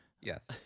Yes